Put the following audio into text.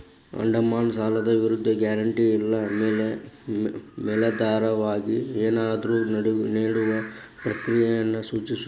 ಅಡಮಾನ ಸಾಲದ ವಿರುದ್ಧ ಗ್ಯಾರಂಟಿ ಇಲ್ಲಾ ಮೇಲಾಧಾರವಾಗಿ ಏನನ್ನಾದ್ರು ನೇಡುವ ಪ್ರಕ್ರಿಯೆಯನ್ನ ಸೂಚಿಸ್ತದ